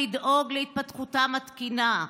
לדאוג להתפתחותם התקינה.